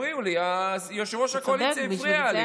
הפריעו לי, יושב-ראש הקואליציה הפריע לי.